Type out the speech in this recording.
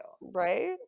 Right